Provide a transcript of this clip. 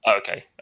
Okay